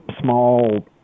small